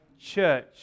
church